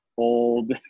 old